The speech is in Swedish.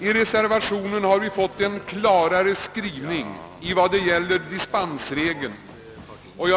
I reservationen har vi fått en klarare skrivning om dispensregeln.